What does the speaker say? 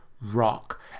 rock